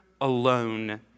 alone